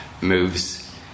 moves